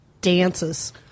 dances